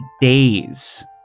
days